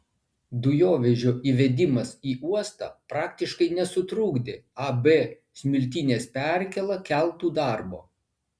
dujovežio įvedimas į uostą praktiškai nesutrukdė ab smiltynės perkėla keltų darbo